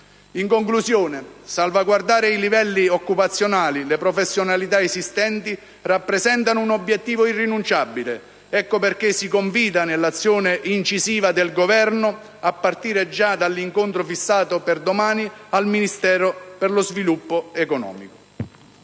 In conclusione, salvaguardare i livelli occupazionali e le professionalità esistenti rappresenta un obiettivo irrinunciabile: ecco perché si confida nell'azione incisiva del Governo, a partire già dall'incontro fissato per domani al Ministero dello sviluppo economico.